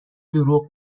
دروغ